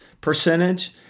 percentage